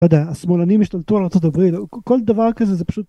לא יודע, השמאלנים השתלטו על ארצות הברית כל דבר כזה זה פשוט.